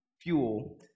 fuel